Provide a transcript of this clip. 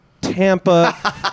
Tampa